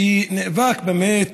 שנאבק באמת